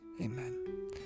Amen